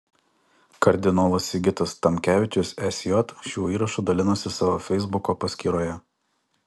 kardinolas sigitas tamkevičius sj šiuo įrašu dalinosi savo feisbuko paskyroje